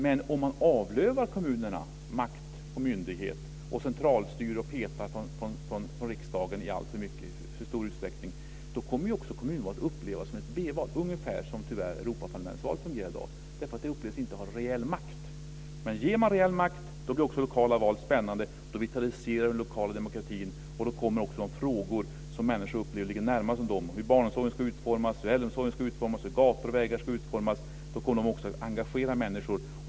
Men om man avlövar kommunerna makt och myndighet, centralstyr och petar från riksdagen i alltför stor utsträckning, kommer kommunvalet att upplevas som ett B-val - ungefär som valet till Europaparlamentet tyvärr fungerar i dag, då det upplevs inte ha reell makt. Ger man reell makt blir också det lokala valet spännande, och då vitaliseras den lokala demokratin och då kommer också de frågor upp som människor upplever ligger närmast dem, dvs. hur barnomsorgen och äldreomsorgen ska utformas och hur gator och vägar ska utformas. Då kommer det också att engagera människor.